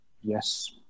Yes